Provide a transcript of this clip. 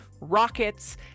rockets